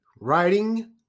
writing